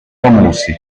famosi